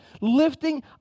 lifting